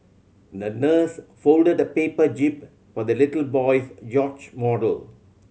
the nurse folded a paper jib for the little boy's yacht model